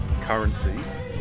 currencies